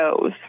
goes